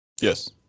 yes